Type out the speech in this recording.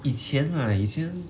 以前 ah 以前